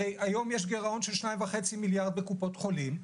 היום יש גירעון של 2.5 מיליארד בקופות החולים,